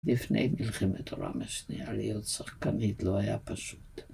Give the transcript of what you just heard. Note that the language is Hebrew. לפני מלחמת עולם השניה להיות שחקנית לא היה פשוט.